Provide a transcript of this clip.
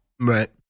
Right